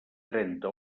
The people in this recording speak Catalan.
trenta